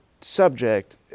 subject